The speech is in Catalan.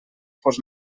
fos